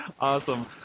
Awesome